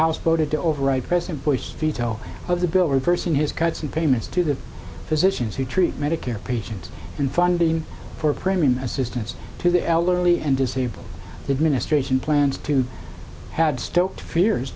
house voted to overwrite president bush veto of the bill reversing his cuts in payments to the physicians who treat medicare patients and funding for premium assistance to the elderly and disabled the ministration plans to had stopped f